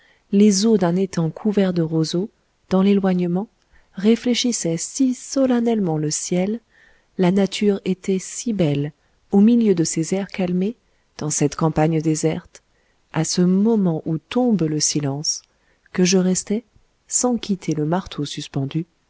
les eaux d'un étang couvert de roseaux dans l'éloignement réfléchissaient si solennellement le ciel la nature était si belle au milieu de ces airs calmés dans cette campagne déserte à ce moment où tombe le silence que je restai sans quitter le marteau suspendu